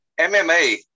MMA